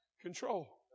control